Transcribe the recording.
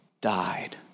died